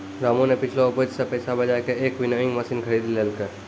रामू नॅ पिछलो उपज सॅ पैसा बजाय कॅ एक विनोइंग मशीन खरीदी लेलकै